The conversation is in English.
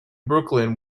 brooklyn